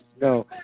No